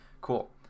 Cool